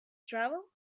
travel